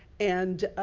and,